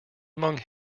among